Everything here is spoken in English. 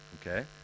Okay